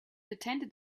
attended